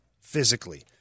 physically